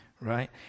right